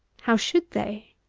how should they?